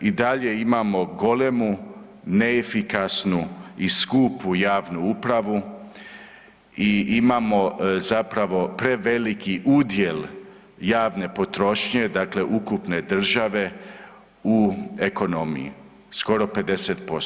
I dalje imamo golemu, neefikasnu i skupu javnu upravu i imamo zapravo preveliki udjel javne potrošnje, dakle ukupne države u ekonomiji, skoro 50%